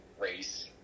race